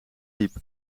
diep